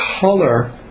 color